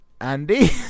Andy